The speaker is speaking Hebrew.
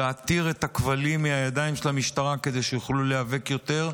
להתיר את הכבלים מהידיים של המשטרה כדי שיוכלו להיאבק יותר,